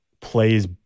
plays